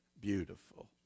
beautiful